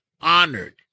honored